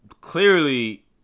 clearly